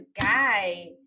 guy